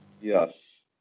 Yes